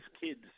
kids